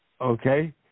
Okay